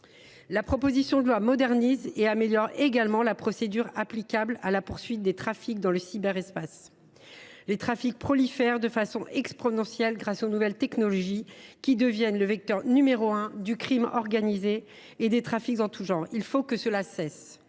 La proposition de loi modernise et améliore également la procédure applicable à la poursuite des trafics dans le cyberespace. Les trafics prolifèrent de manière exponentielle grâce aux nouvelles technologies, qui deviennent le premier vecteur du crime organisé et des trafics en tous genres. Il faut que cela cesse.